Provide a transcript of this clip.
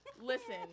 Listen